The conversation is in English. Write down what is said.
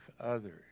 others